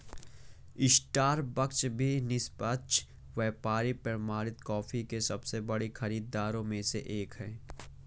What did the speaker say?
Starbucks भी निष्पक्ष व्यापार प्रमाणित कॉफी के सबसे बड़े खरीदारों में से एक है